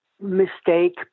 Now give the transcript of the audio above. mistake